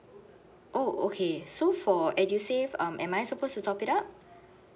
oh okay so for edusave um am I supposed to top it up